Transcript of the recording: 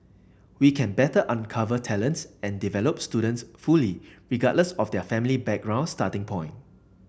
we can better uncover talents and develop students fully regardless of their family background starting point